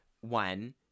one